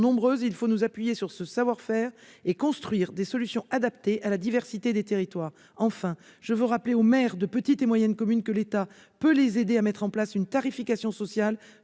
il faut nous appuyer sur ce savoir-faire et construire des solutions adaptées à la diversité des territoires. Enfin, je veux rappeler aux maires de petites et moyennes communes que l'État peut les aider à mettre en place une tarification sociale